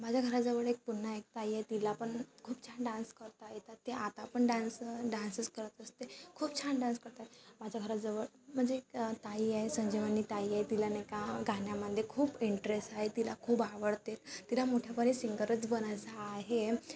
माझ्या घराजवळ एक पुन्हा एक ताई आहे तिला पण खूप छान डान्स करता येतात ते आता पण डान्स डान्सच करत असते खूप छान डान्स करत आहेत माझ्या घराजवळ म्हणजे ताई आहे संजीवनी ताई आहे तिला नाही का गाण्यामध्ये खूप इंटरेस आहे तिला खूप आवडते तिला मोठेपणी सिंगरच बनायचा आहे